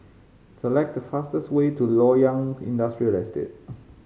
select the fastest way to Loyang Industrial Estate